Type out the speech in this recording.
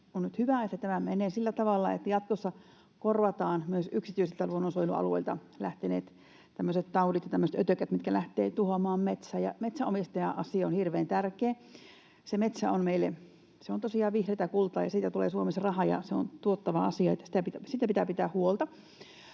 nyt hyvä, että tämä menee sillä tavalla, että jatkossa korvataan myös yksityisiltä luonnonsuojelualueilta lähteneet tämmöiset taudit ja tämmöiset ötökät, mitkä lähtevät tuhoamaan metsää. Metsänomistajan asia on hirveän tärkeä. Metsä on meille tosiaan vihreätä kultaa, ja siitä tulee Suomessa rahaa, ja se on tuottava asia, eli siitä pitää pitää huolta.